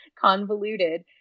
convoluted